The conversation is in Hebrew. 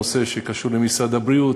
נושא שקשור למשרד הבריאות,